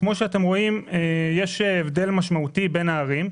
כמו שאתם רואים, יש הבדל משמעותי בין הערים.